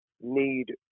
need